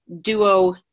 Duo